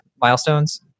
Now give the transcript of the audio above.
milestones